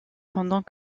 pendant